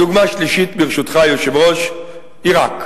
דוגמה שלישית, ברשותך, היושב-ראש, עירק.